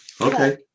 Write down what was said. Okay